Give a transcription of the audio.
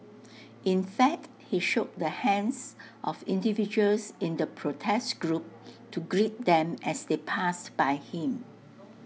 in fact he shook the hands of individuals in the protest group to greet them as they passed by him